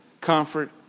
comfort